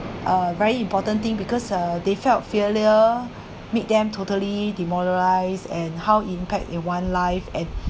a very important thing because uh they felt failure make them totally demoralized and how impact in one life and